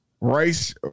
Rice